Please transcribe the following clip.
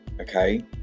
okay